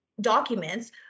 documents